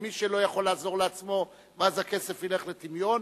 למי שלא יכול לעזור לעצמו ואז הכסף ילך לטמיון,